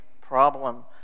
problem